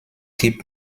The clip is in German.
gibt